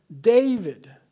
David